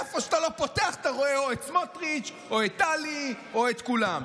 איפה שאתה לא פותח אתה רואה או את סמוטריץ' או את טלי או את כולם.